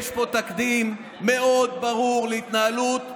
יש פה תקדים מאוד ברור להתנהלות,